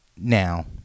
now